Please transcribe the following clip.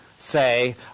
Say